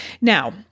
Now